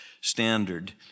standard